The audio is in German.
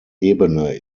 ebene